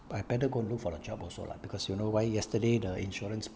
but I better go and look for a job also lah because you know why yesterday the insurance